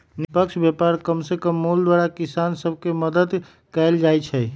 निष्पक्ष व्यापार कम से कम मोल द्वारा किसान सभ के मदद कयल जाइ छै